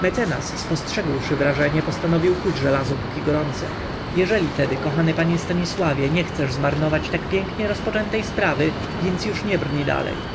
mecenas spostrzegłszy wrażenie postanowił kuć żelazo póki gorące jeżeli tedy kochany panie stanisławie nie chcesz zmarnować tak pięknie rozpoczętej sprawy więc już nie brnij dalej